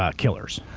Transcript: ah killers.